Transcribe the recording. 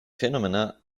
phenomena